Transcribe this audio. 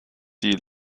die